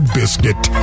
biscuit